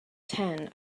ten